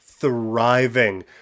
thriving